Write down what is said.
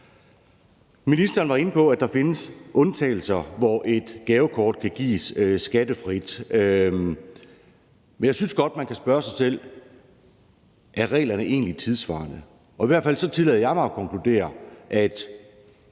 Ministeren var inde på, at der findes undtagelser, hvor et gavekort kan gives skattefrit, men jeg synes godt, man kan spørge sig selv: Er reglerne egentlig tidssvarende? Og i hvert fald tillader jeg mig at konkludere, at